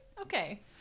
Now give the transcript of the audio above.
okay